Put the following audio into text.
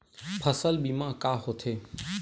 फसल बीमा का होथे?